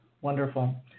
Wonderful